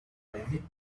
mainly